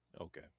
Okay